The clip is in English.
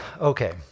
Okay